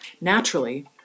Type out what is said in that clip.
Naturally